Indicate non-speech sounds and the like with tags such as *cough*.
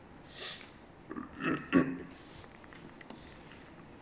*breath* *noise*